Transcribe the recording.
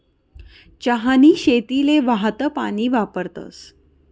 चहानी शेतीले वाहतं पानी वापरतस